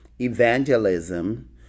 evangelism